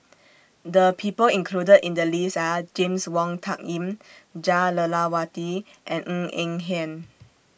The People included in The list Are James Wong Tuck Yim Jah Lelawati and Ng Eng Hen